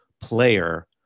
player